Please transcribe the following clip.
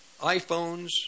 iPhones